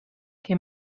che